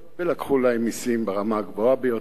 ולקחו להם מסים ברמה הגבוהה ביותר.